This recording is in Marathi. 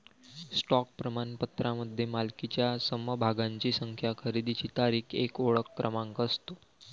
स्टॉक प्रमाणपत्रामध्ये मालकीच्या समभागांची संख्या, खरेदीची तारीख, एक ओळख क्रमांक असतो